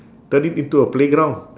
turn it into a playground